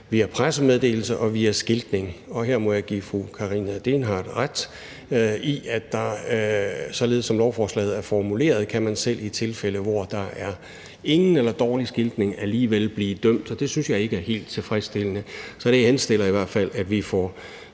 via pressemeddelelser og via skiltning. Her må jeg give fru Karina Lorentzen Dehnhardt ret i, at man, således som lovforslaget er formuleret, selv i tilfælde, hvor der enten ingen skiltning er eller er dårligt skiltet, alligevel kan blive dømt. Det synes jeg ikke er helt tilfredsstillende. Jeg henstiller i hvert fald til, at vi får